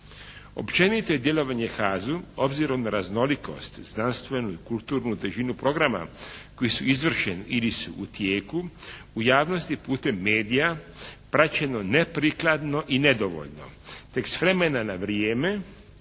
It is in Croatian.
Općenito djelovanje HAZ-u obzirom na raznolikost, znanstvenu i kulturu težinu programa koji su izvršeni ili su u tijeku, u javnosti putem medija praćeno neprikladno i nedovoljno tek s vremena na vrijeme